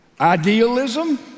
idealism